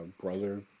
brother